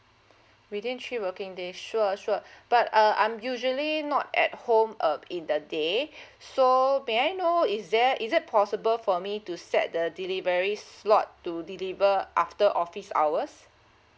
within three working days sure sure but uh I'm usually not at home um in the day so may I know is there is it possible for me to set the delivery slot to deliver after office hours